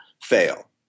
fail